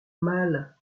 mal